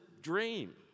dream